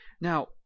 now